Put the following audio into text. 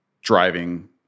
driving